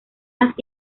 las